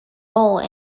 role